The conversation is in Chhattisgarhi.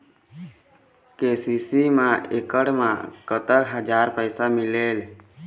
के.सी.सी मा एकड़ मा कतक हजार पैसा मिलेल?